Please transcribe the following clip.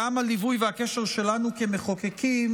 גם הליווי והקשר שלנו כמחוקקים,